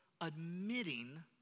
admitting